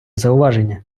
зауваження